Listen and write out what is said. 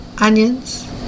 onions